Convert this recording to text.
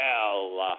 hell